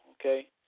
okay